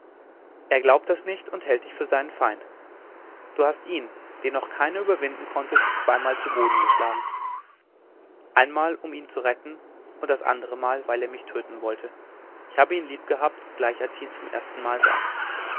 er glaubt das nicht und hält dich für seinen feind du hast ihn den noch keiner überwinden konnte zweimal zu boden geschlagen einmal um ihn zu retten und das andere mal weil er mich töten wollte ich habe ihn lieb gehabt gleich als ich ihn zum erstenmal sah